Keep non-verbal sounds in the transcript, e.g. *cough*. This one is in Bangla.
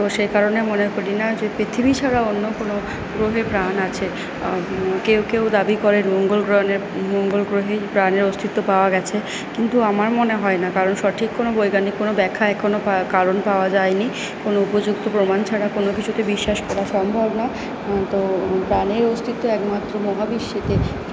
তো সে কারণে মনে করি না যে পৃথিবী ছাড়া অন্য কোনো গ্রহে প্রাণ আছে কেউ কেউ দাবি করেন মঙ্গল গ্রহণে মঙ্গল গ্রহে প্রাণের অস্তিত্ব পাওয়া গেছে কিন্তু আমার মনে হয় না কারণ সঠিক কোনো বৈজ্ঞানিক কোনো ব্যাখ্যা এখনো *unintelligible* কারণ পাওয়া যায় নি কোনো উপযুক্ত প্রমাণ ছাড়া কোনো কিছুকে বিশ্বাস করা সম্ভব না তো প্রাণের অস্তিত্ব একমাত্র মহাবিশ্বেতে